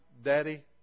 Daddy